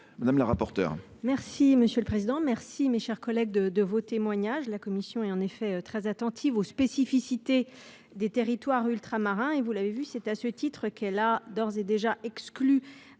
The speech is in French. Mme la rapporteure